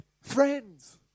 friends